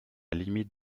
limite